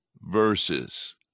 verses